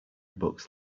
bucks